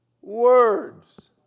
words